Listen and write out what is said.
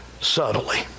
subtly